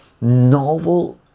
novel